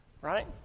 right